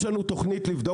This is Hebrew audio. יש לנו תוכנית לבדוק אותם.